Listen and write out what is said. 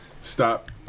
stop